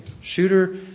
Shooter